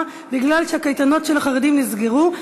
מכיוון שהקייטנות של החרדים נסגרו,